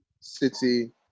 City